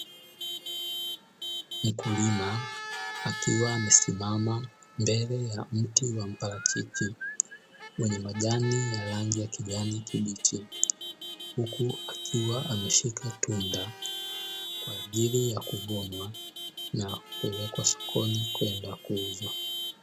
Mkulima akiwa amesimama mbele ya mti wa mparachichi wenye majani ya rangi ya kijani kibichi, huku akiwa ameshika tunda kwa ajili ya kuvunwa na kupelekwa sokoni kwenda kuuzwa.